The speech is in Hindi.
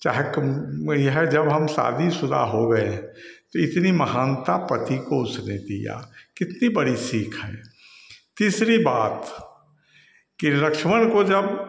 चाहे तुम यह जब हम सादी शुदा हो गए हैं तो इतनी महानता पति को उसने दिया कितनी बड़ी सीख है तीसरी बात कि लक्ष्मण को जब